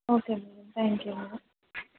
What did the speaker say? okay madam thank you madam